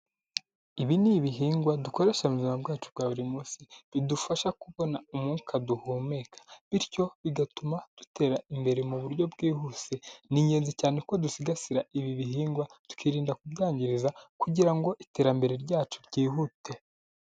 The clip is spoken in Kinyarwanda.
Ibi ni ibihingwa dukoreshe mu buzima bwacu bwa buri munsi bidufasha kubona umwuka duhumeka bityo bigatuma dutera imbere mu buryo bwihuse, ni ingenzi cyane ko dusigasira ibi bihingwa tukirinda kubyangiza kugira ngo iterambere ryacu ryihute.